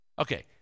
Okay